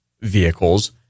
vehicles